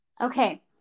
Okay